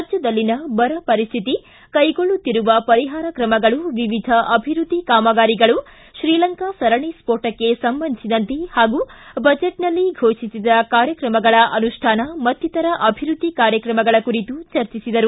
ರಾಜ್ಯದಲ್ಲಿನ ಬರ ಪರಿಸ್ಥಿತಿ ಕೈಗೊಳ್ಳುತ್ತಿರುವ ಪರಿಹಾರ ತ್ರಮಗಳು ವಿವಿಧ ಅಭಿವೃದ್ಧಿ ಕಾಮಗಾರಿಗಳು ಶ್ರೀಲಂಕಾ ಸರಣಿ ಸ್ಫೋಟಕ್ಕೆ ಸಂಬಂಧಿಸಿದಂತೆ ಹಾಗೂ ಬಜೆಟ್ನಲ್ಲಿ ಫೋಷಿಸಿದ ಕಾರ್ಯಕ್ರಮಗಳ ಅನುಷ್ಠಾನ ಮತ್ತಿತರ ಅಭಿವೃದ್ಧಿ ಕಾರ್ಯಕ್ರಮಗಳ ಕುರಿತು ಚರ್ಚಿಸಿದರು